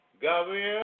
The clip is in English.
Gabriel